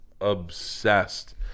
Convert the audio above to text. obsessed